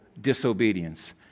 disobedience